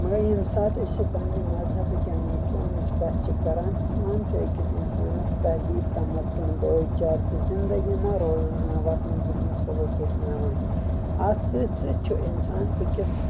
مگر ییٚمہِ ساتہٕ أسۍ یہِ پننہِ مذہبٕچ یعنے اسلامٕچ کتھ چھِ کران اسلام چھُ أکِس انسانس تہذیٖب تمدُن بٲے چارٕ تہٕ زندگی منٛز روزُن وۄتھُنُک بیہُنُک سبق ہیٚچھناوان اتھ سۭتۍ سۭتۍ چھُ انسان أکِس